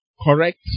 correct